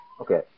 Okay